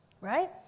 Right